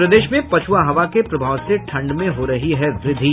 और प्रदेश में पछुआ हवा के प्रभाव से ठंड में हो रही है वृद्धि